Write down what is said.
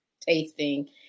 tasting